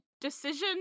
decision